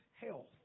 health